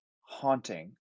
haunting